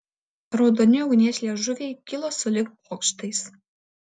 raudoni ugnies liežuviai kilo sulig bokštais